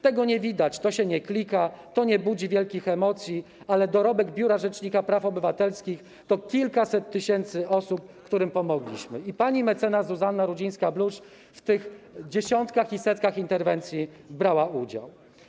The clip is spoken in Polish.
Tego nie widać, to się nie klika, to nie budzi wielkich emocji, ale dorobek Biura Rzecznika Praw Obywatelskich to kilkaset tysięcy osób, którym pomogliśmy - i pani mecenas Zuzanna Rudzińska-Bluszcz w tych dziesiątkach i setkach interwencji brała udział.